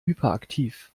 hyperaktiv